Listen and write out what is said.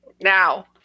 Now